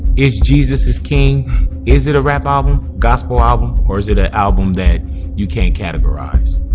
it's jesus's king is it a rap album gospel album or is it an album that you can't categorize